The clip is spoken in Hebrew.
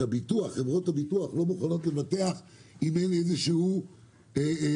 שחברות הביטוח לא מוכנות לבטח אם אין איזשהו רישוי,